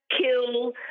kill